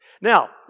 Now